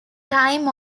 time